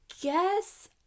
guess